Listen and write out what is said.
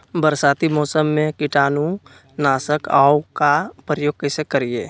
बरसाती मौसम में कीटाणु नाशक ओं का प्रयोग कैसे करिये?